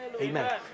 Amen